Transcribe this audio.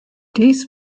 dies